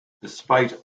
despite